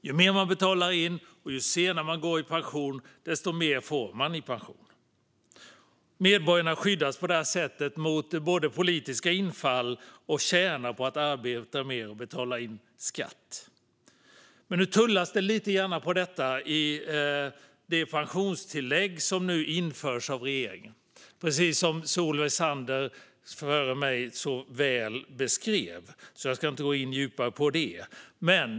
Ju mer man betalar in och ju senare man går i pension, desto mer får man i pension. Medborgarna skyddas på detta sätt mot politiska infall, och de tjänar på att arbeta mer och betala in skatt. Nu tullas det dock lite på detta i och med det pensionstillägg som införs av regeringen, vilket Solveig Zander beskrev väl före mig.